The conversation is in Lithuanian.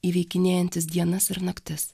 įveikinėjantys dienas ir naktis